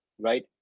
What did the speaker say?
right